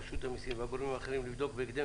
רשות המסים והגורמים האחרים לבדוק בהקדם